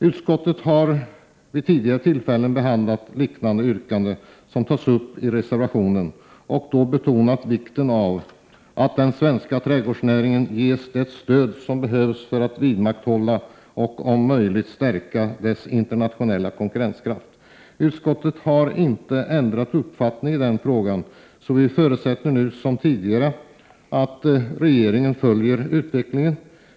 Utskottet har vid tidigare tillfällen behandlat yrkanden liknande dem som tas upp i reservationen och då betonat vikten av att den svenska trädgårdsnäringen ges det stöd som behövs för att vidmakthålla och om möjligt stärka dess internationella konkurrenskraft. Utskottet har inte ändrat uppfattning i den frågan. Vi förutsätter nu som tidigare att regeringen följer utvecklingen.